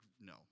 no